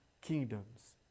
kingdoms